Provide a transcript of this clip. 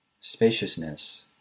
Spaciousness